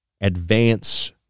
advance